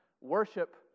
Worship